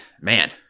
man